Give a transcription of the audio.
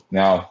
now